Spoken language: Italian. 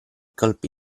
colpi